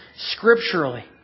scripturally